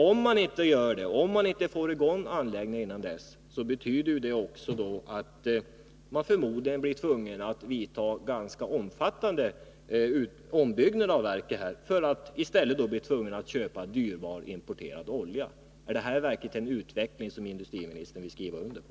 Om man inte får i gång anläggningen innan dess, blir man förmodligen tvungen att genomföra en ganska omfattande ombyggnad av verket för att slippa köpa dyrbar importerad olja. Är det här verkligen en utveckling som industriministern vill skriva under på?